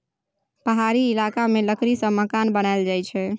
पहाड़ी इलाका मे लकड़ी सँ मकान बनाएल जाई छै